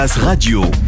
Radio